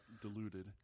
deluded